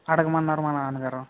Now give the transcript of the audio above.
అడగమన్నారు మా నాన్నగారు